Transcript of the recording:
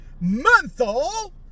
menthol